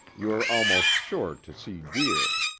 you are almost sure to see deer,